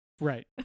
Right